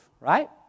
right